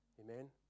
Amen